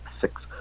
six